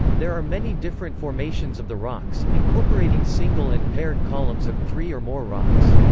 there are many different formations of the rocks, incorporating single and paired columns of three or more rocks.